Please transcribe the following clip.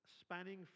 spanning